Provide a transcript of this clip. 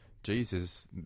Jesus